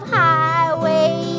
highway